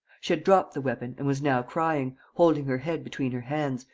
she had dropped the weapon and was now crying, holding her head between her hands,